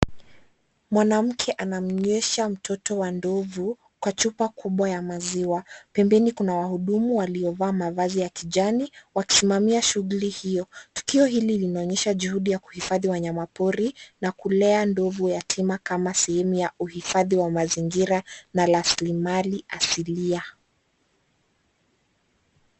Mwanamke anamnywesha mtoto wa ndovu kwa chupa kubwa ya maziwa. Pembeni kuna wahudumu waliovaa mavazi ya kijani wakisimamia shughuli hiyo. Tukio hili linaonyesha juhudi ya kuhifadhi wanyama pori na kulea ndovu yatima kama sehemu ya uhifadhi wa mazingira na rasilimali asilia.